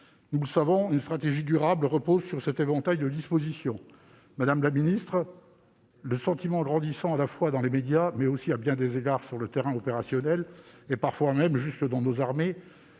Nous le savons, une stratégie durable repose sur cet éventail de dispositions. Or, madame la ministre, le sentiment grandissant, dans les médias, mais aussi, à bien des égards, sur le terrain opérationnel et parfois même jusque dans nos armées,